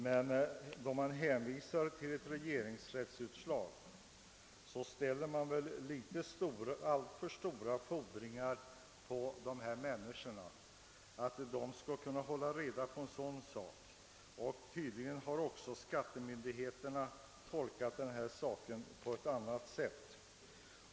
Men då man hänvisar till ett regeringsrättsutslag ställer man väl alltför stora fordringar på vederbörande om man menar att de skall kunna hålla reda på en sådan sak. Tydligen har också skattemyndigheterna tolkat det på ett annat sätt.